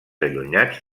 allunyats